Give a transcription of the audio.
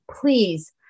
Please